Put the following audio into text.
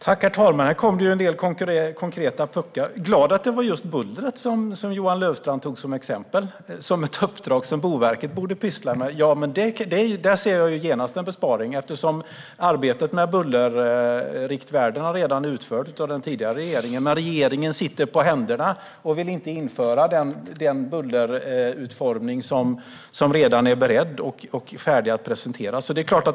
Herr talman! Här kom det en del konkreta puckar. Jag är glad att det var just bullret som Johan Löfstrand tog som exempel på ett uppdrag som Boverket borde pyssla med. Där ser jag genast en besparing. Arbetet med bullerriktvärden har redan utförts av den tidigare regeringen, men den nuvarande regeringen sitter på händerna och vill inte införa den bullerutformning som redan är beredd och färdig att presenteras.